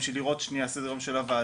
כדי לראות את סדר היום של הוועדה,